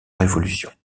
révolution